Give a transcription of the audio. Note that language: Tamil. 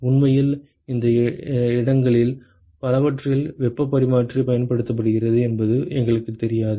உண்மையில் இந்த இடங்களில் பலவற்றில் வெப்பப் பரிமாற்றி பயன்படுத்தப்படுகிறது என்பது எங்களுக்குத் தெரியாது